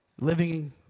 Living